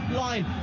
line